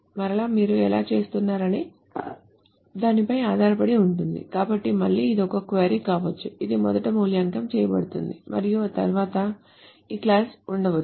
మరలా మీరు ఎలా చేస్తున్నారనే దానిపై ఆధారపడి ఉంటుంది కాబట్టి మళ్లీ ఇది ఒక క్వరీ కావచ్చు ఇది మొదట మూల్యాంకనం చేయబడుతుంది మరియు తర్వాత ఈ క్లాజు కేసు ఉండవచ్చు